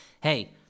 hey